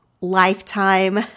lifetime